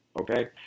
okay